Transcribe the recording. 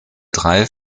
drei